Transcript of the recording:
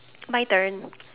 my turn